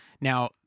Now